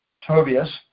Tobias